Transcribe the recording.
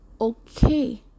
okay